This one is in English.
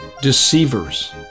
Deceivers